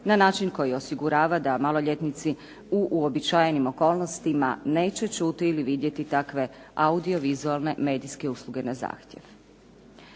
na način koji osigurava da maloljetnici u uobičajenim okolnostima neće čuti ili vidjeti takve audiovizualne medijske usluge na zahtjev.